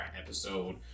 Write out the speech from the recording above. episode